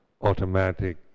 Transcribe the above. automatic